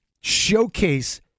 showcase